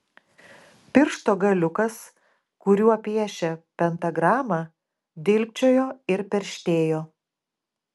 piršto galiukas kuriuo piešė pentagramą dilgčiojo ir perštėjo